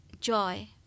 joy